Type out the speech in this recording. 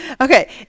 Okay